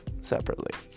separately